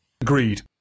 Agreed